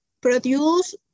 produce